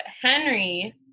henry